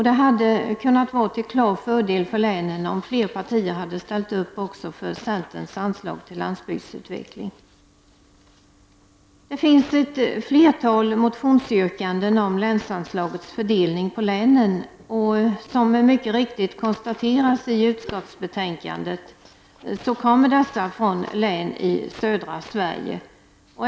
Det hade också kunnat vara till klar fördel för länen om fler partier hade ställt upp för centerns anslag till landsbygdsutvecklingen. Det finns ett flertal motionsyrkanden om länsanslagets fördelning på länen. Som mycket riktigt konstateras i utskottsbetänkandet, kommer dessa från län i södra Sverige.